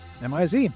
MIZ